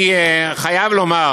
אני חייב לומר